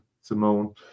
Simone